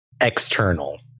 external